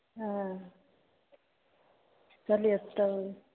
हॅं चलिए तब